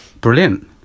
Brilliant